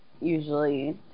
usually